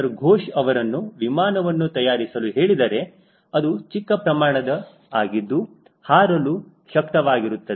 ಘೋಷ್ ಅವರನ್ನು ವಿಮಾನವನ್ನು ತಯಾರಿಸಲು ಹೇಳಿದರೆ ಅದು ಚಿಕ್ಕ ಪ್ರಮಾಣದ ಆಗಿದ್ದು ಹಾರಲು ಶಕ್ತವಾಗಿರುತ್ತದೆ